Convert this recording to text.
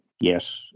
Yes